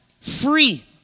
Free